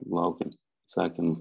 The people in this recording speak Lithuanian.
laukėm atsakymo